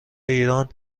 ایران